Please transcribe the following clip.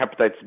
hepatitis